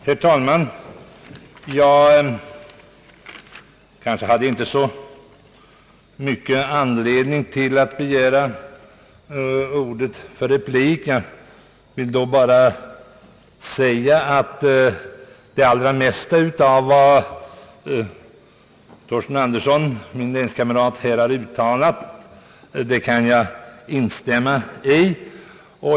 Herr talman! Jag hade kanske inte så stor anledning att begära ordet för replik men vill bara säga att jag kan instämma i det allra mesta av vad herr Torsten Andersson, min länskamrat, här uttalat.